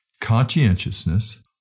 conscientiousness